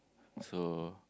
so